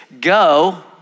go